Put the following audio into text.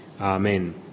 Amen